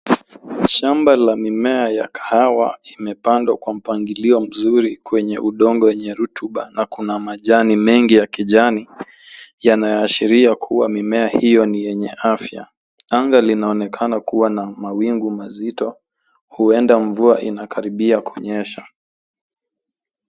Shamba la mimea ya kahawa imepandwa kwa mpangilio mzuri kwenye udongo enye rotuba na kuna majani mengi ya kijani yanayoashiria kuwa mimea hiyo ni enye afya. Anga linaonekana kuwa na mawingu mazito, huenda mvua inakribia kunyesha.